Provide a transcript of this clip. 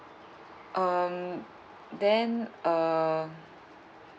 um then err